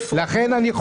איפה היו הצלחות?